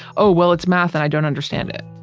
oh, well, it's math and i don't understand it.